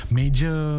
major